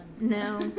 No